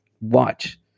Watch